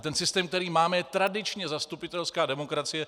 Ten systém, který máme, je tradičně zastupitelská demokracie.